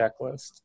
checklist